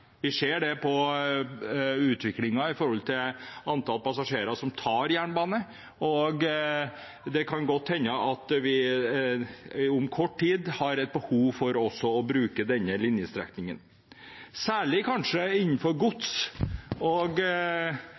Vi ser det på utviklingen i antallet passasjerer som tar jernbane, og det kan godt hende at vi om kort tid har et behov for å bruke også denne linjestrekningen, kanskje særlig for gods.